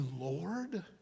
Lord